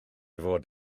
fod